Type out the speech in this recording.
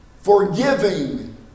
forgiving